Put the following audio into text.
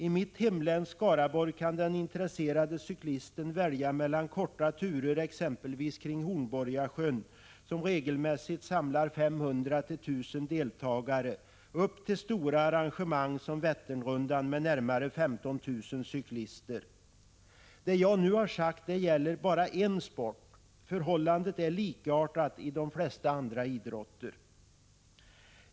I mitt hemlän, Skaraborg, kan den intresserade cyklisten välja mellan korta turer, exempelvis kring Hornborgasjön, som regelmässigt samlar 500—1 000 deltagare upp till stora arrangemang som Vätternrundan med närmare 15 000 cyklister. Det jag nu har sagt gäller bara en sport. Förhållandet är likartat inom de flesta andra idrotter.